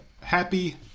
happy